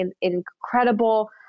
incredible